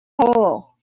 hole